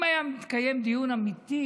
אם היה מתקיים דיון אמיתי,